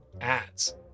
ads